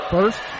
first